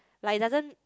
like doesn't